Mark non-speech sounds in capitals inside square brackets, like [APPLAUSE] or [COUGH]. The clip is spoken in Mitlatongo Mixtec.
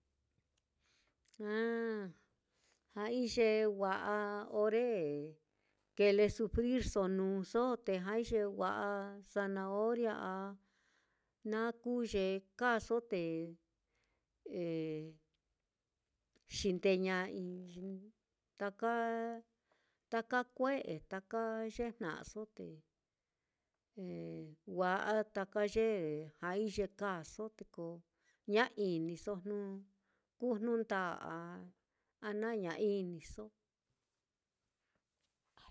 [HESITATION] ja'ai ye wa'a ore kile sufrirso nuuso, te ja'ai ye wa'a zanahoria a na kuu ye kaaso te [HESITATION] xindeña'ai taka taka kue'e taka ye jna'aso te [HESITATION] wa'a taka ye ja'ai ye kaaso, te ko ña iniso jnu kuu jnu ndáa a ña iniso